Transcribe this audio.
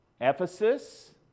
Ephesus